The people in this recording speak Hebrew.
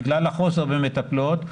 בגלל החוסר במטפלות,